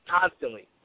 constantly